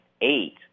eight